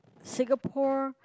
Singapore